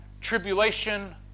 tribulation